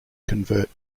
convert